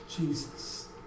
Jesus